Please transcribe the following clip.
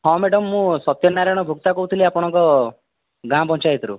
ହଁ ମ୍ୟାଡ଼ାମ ମୁଁ ସତ୍ୟନାରାୟଣ ଗୁପ୍ତା କହୁଥିଲି ଆପଣଙ୍କ ଗାଁ ପଞ୍ଚାୟତରୁ